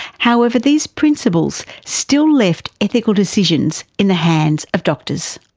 however these principles still left ethical decisions in the hands of doctors.